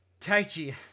Taichi